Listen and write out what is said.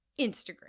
instagram